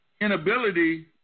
inability